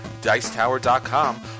dicetower.com